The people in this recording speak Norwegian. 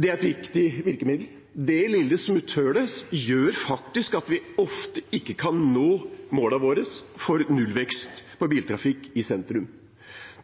det er et viktig virkemiddel. Det lille smutthullet gjør faktisk at vi ofte ikke kan nå målet om nullvekst for biltrafikk i sentrum.